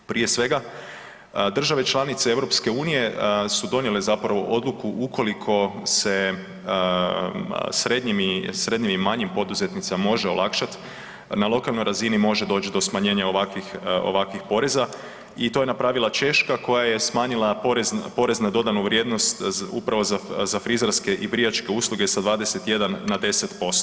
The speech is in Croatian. Prije svega, države članice EU-a su donijele zapravo odluku ukoliko se srednjim i manjim poduzetnicima može olakšat, na lokalnoj razini može doć do smanjenja ovakvih poreza i to je napravila Češka koja je smanjila porez na dodanu vrijednost upravo za frizerske i brijačke usluge sa 21 na 10%